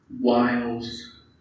wiles